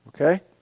Okay